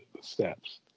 Steps